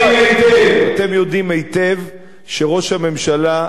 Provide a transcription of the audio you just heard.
אתם יודעים היטב שראש הממשלה איננו